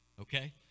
Okay